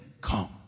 come